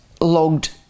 logged